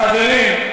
חברים,